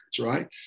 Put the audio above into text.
right